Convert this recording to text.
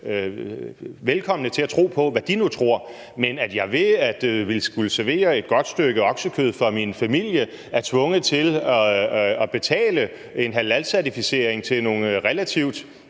velkomne til at tro på, hvad de nu tror på, men at jeg ved at servere et godt stykke oksekød for min familie er tvunget til at betale til en halalcertificering hos nogle ganske